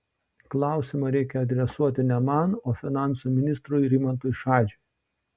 klausimą reikia adresuoti ne man o finansų ministrui rimantui šadžiui